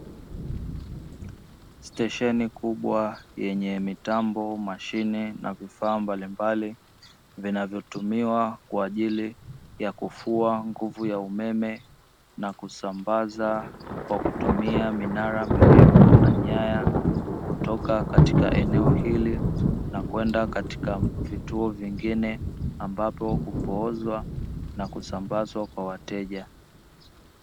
Stesheni kubwa yenye mitambo, mashine, na vifaa mbalimbali vinavyotumiwa kwa ajili ya kufua nguvu ya umeme na kusambaza kwa kutumia minara mirefu na nyaya kutoka katika eneo hili kwenda katika vituo vingine, ambapo upoozwa na kusambazwa kwa wateja.